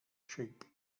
sheep